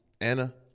Anna